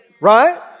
Right